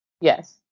Yes